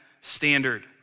standard